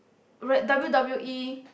wre~ W_W_E